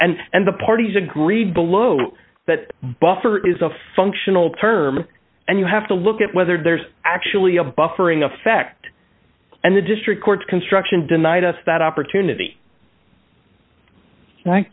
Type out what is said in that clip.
and and the parties agreed below that buffer is a functional term and you have to look at whether there's actually a buffering effect and the district courts construction denied us that opportunity